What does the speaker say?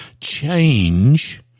change